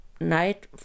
night